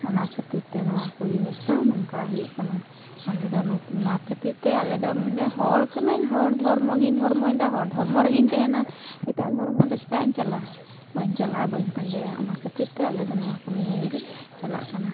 ᱚᱱᱟ ᱠᱷᱟᱹᱛᱤᱨᱛᱮ ᱱᱚᱣᱟᱠᱚ ᱡᱤᱱᱤᱥᱫᱚ ᱱᱚᱝᱠᱟ ᱦᱩᱭᱩᱜ ᱠᱟᱱᱟ ᱟᱞᱮᱫᱚ ᱚᱱᱟ ᱠᱷᱟᱹᱛᱤᱨᱛᱮ ᱟᱞᱮᱫᱚ ᱵᱚᱞᱮ ᱦᱚᱲ ᱠᱟᱹᱱᱟᱹᱧ ᱦᱚᱲ ᱫᱷᱚᱨᱢᱚᱜᱮᱧ ᱫᱷᱚᱨᱢᱚᱭᱮᱫᱟ ᱦᱚᱲ ᱫᱷᱚᱨᱢᱚ ᱨᱮᱜᱮᱧ ᱛᱮᱦᱮᱱᱟ ᱮᱴᱟᱜ ᱫᱷᱚᱨᱢᱚᱫᱚ ᱪᱮᱫᱟᱜ ᱤᱧ ᱪᱟᱞᱟᱜᱼᱟ ᱵᱟᱹᱧ ᱵᱟᱞᱟᱜᱼᱟ ᱵᱟᱹᱧ ᱯᱟᱸᱡᱟᱭᱟ ᱚᱱᱟ ᱠᱷᱟᱹᱛᱤᱨᱛᱮ ᱟᱞᱮᱫᱚ ᱱᱚᱣᱟᱠᱚ ᱱᱤᱭᱮᱜᱮᱞᱮ ᱪᱟᱞᱟᱜ ᱠᱟᱱᱟ